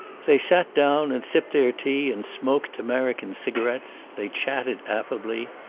they sat down and sipped their tea and smoked american cigarettes. they chatted affably.